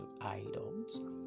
idols